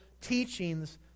teachings